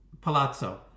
palazzo